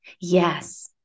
Yes